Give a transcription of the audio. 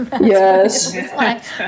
Yes